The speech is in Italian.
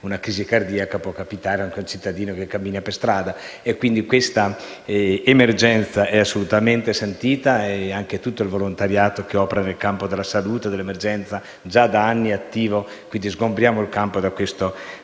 una crisi cardiaca può capitare anche ad un cittadino che cammina per strada. Questa emergenza è assolutamente avvertita e tutto il volontariato che opera nel campo della salute e dell'emergenza già da anni è attivo. Quindi sgombriamo il campo da questo ragionamento.